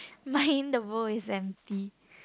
mine the bowl is empty